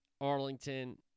Arlington